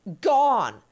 gone